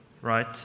Right